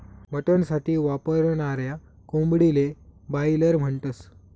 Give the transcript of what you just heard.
mutton साठी वापरनाऱ्या कोंबडीले बायलर म्हणतस